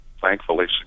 thankfully